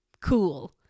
cool